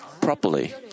properly